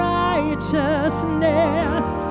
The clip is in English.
righteousness